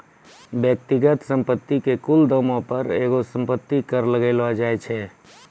व्यक्तिगत संपत्ति के कुल दामो पे एगो संपत्ति कर लगैलो जाय छै